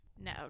No